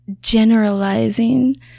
generalizing